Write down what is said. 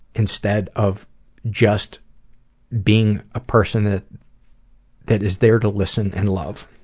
instead of just being a person that that is there to listen and love.